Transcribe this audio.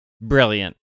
brilliant